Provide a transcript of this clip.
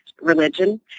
religion